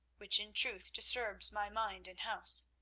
which, in truth, disturbs my mind and house.